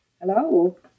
Hello